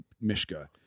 Mishka